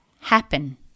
happen